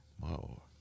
Wow